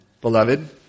beloved